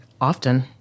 Often